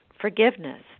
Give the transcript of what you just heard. forgiveness